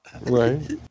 Right